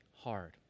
hard